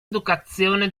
educazione